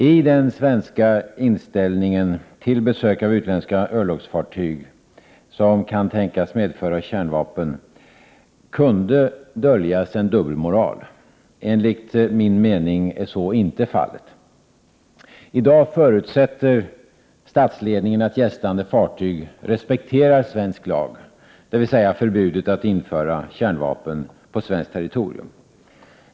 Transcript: I den svenska inställningen till besök av utländska örlogsfartyg, som kan tänkas medföra kärnvapen, kunde döljas en dubbelmoral. Enligt min mening är så inte fallet. I dag förutsätter statsledningen att gästande fartyg respekterar svensk lag, dvs. förbudet att införa kärnvapen på svenskt territorium.